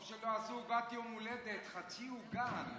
טוב שלא עשו עוגת יום הולדת, חצי עוגה.